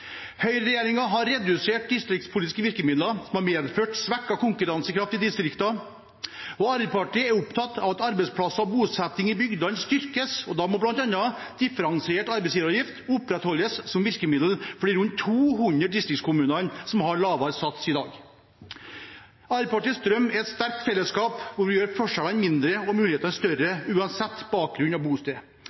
har redusert distriktspolitiske virkemidler, noe som har medført svekket konkurransekraft i distriktene. Arbeiderpartiet er opptatt av at arbeidsplasser og bosetting i bygdene styrkes, og da må bl.a. differensiert arbeidsgiveravgift opprettholdes som virkemiddel for de rundt 200 distriktskommunene som har lavere sats i dag. Arbeiderpartiets drøm er et sterkt fellesskap der vi gjør forskjellene mindre og mulighetene større uansett bakgrunn og bosted.